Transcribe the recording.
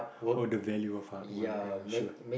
or the value of hard work ya I'm sure